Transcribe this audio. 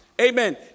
Amen